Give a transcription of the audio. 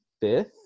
fifth